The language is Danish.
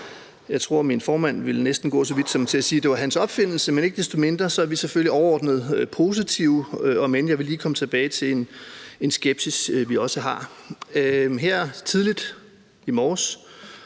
Jeg tror, at min formand næsten ville gå så vidt som til at sige, at det var hans opfindelse, men ikke desto mindre er vi selvfølgelig overordnet positive, om end jeg lige vil komme tilbage til en skepsis, vi også har. Nu har jeg